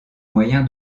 moyen